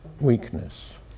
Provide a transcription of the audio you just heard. weakness